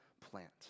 plant